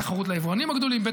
זו תחרות ליבואנים הגדולים, ב.